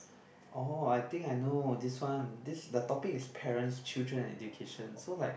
oh I think I know this one this the topic is parents children education so like